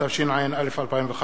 התשע"א 2011,